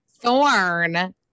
thorn